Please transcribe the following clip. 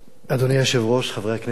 אדוני היושב-ראש, חברי הכנסת,